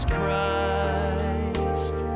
Christ